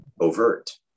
overt